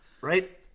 Right